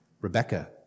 Rebecca